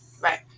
Right